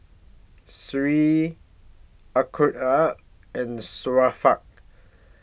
Seri Aqilah and Syafiq